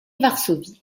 varsovie